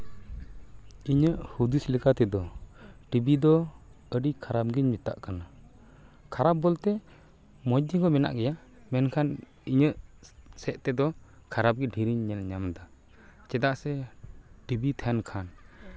ᱤᱧᱟᱹᱜ ᱦᱩᱫᱤᱥ ᱞᱮᱠᱟ ᱛᱮᱫᱚ ᱴᱤᱵᱷᱤ ᱫᱚ ᱟᱹᱰᱤ ᱠᱷᱟᱨᱟᱯ ᱜᱤᱧ ᱢᱮᱛᱟᱜ ᱠᱟᱱᱟ ᱠᱷᱟᱨᱟᱯ ᱵᱚᱞᱛᱮ ᱢᱚᱡᱽ ᱫᱤᱠ ᱦᱚᱸ ᱢᱮᱱᱟᱜ ᱜᱮᱭᱟ ᱢᱮᱱᱠᱷᱟᱱ ᱤᱧᱟᱹᱜ ᱥᱮᱫ ᱛᱮᱫᱚ ᱠᱷᱟᱨᱟᱯ ᱜᱮ ᱰᱷᱮᱨᱤᱧ ᱧᱮᱞ ᱧᱟᱢ ᱮᱫᱟ ᱪᱮᱫᱟᱜ ᱥᱮ ᱴᱤᱵᱷᱤ ᱛᱟᱦᱮᱱ ᱠᱷᱟᱱ